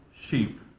sheep